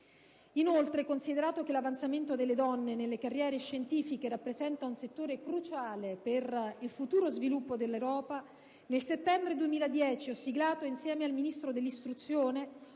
Inoltre, considerato che l'avanzamento delle donne nelle carriere scientifiche rappresenta un settore cruciale per il futuro sviluppo dell'Europa, nel settembre 2010 ho siglato, insieme al Ministro dell'istruzione,